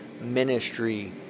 ministry